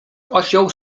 osioł